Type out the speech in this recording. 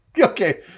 Okay